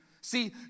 See